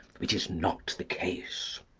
which is not the case.